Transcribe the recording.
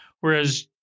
whereas